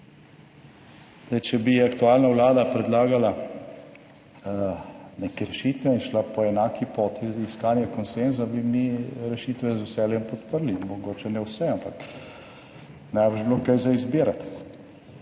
proti. Če bi aktualna vlada predlagala neke rešitve in šla po enaki poti iskanja konsenza, bi mi rešitve z veseljem podprli. Mogoče ne vse, ampak najbrž bi bilo kaj za izbirati.